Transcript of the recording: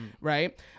Right